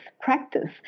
practice